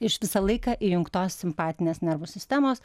iš visą laiką įjungtos simpatinės nervų sistemos